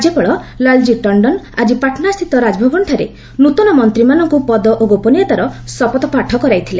ରାଜ୍ୟପାଳ ଲାଲଜୀ ଟଶ୍ଚନ୍ ଆଜି ପାଟନା ସ୍ଥିତ ରାଜଭବନଠାରେ ନ୍ନତନମନ୍ତ୍ରୀମାନଙ୍କୁ ପଦ ଓ ଗୋପନୀୟତାର ଶପଥପାଠ କରାଇଥିଲେ